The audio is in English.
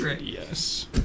Yes